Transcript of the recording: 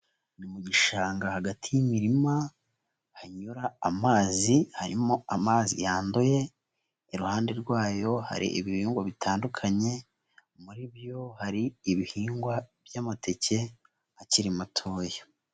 Mu gishanga hagati y'imirima hanyura amazi harimo amazi yanduye, iruhande rwayo hari ibihingwa bitandukanye, muri byo hari ibihingwa by'amateke akiri matoya.